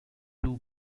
two